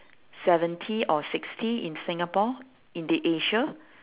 seventy or sixty in singapore in the asia